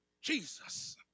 Jesus